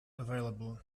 available